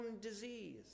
disease